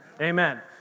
Amen